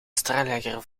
straaljager